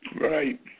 Right